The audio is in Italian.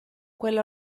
quella